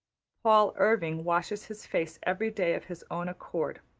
paul irving washes his face every day of his own accord,